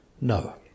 No